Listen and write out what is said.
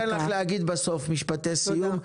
גלית, אני אתן לך להגיד בסוף משפטי סיום.